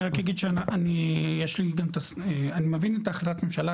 אני רק אגיד שאני מבין את ההחלטת ממשלה,